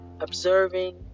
observing